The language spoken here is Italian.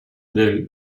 del